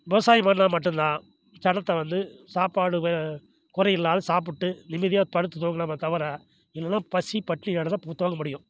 விவசாயம் பண்ணால் மட்டும் தான் ஜனத்தை வந்து சாப்பாடு வெ குறை இல்லாத சாப்பிட்டு நிம்மதியாக படுத்து தூங்கலாமே தவிர இல்லைனா பசி பட்னி ஓட தான் தூ தூங்க முடியும்